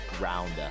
...rounder